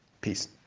peace